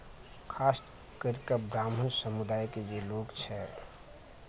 खास कैरि कऽ ब्राह्मण समुदाय के जे लोक छै